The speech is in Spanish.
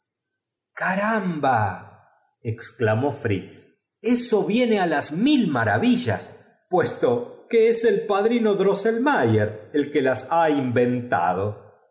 caramba exclamó fritz eso viene á las mil maravilla s puesto que os el pasus pastores pastoras y borreguit os y drino drosselm ayer el que las ha invenocultando